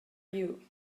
you